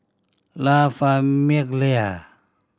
La Famiglia